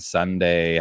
Sunday